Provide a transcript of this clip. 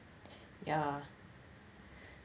ya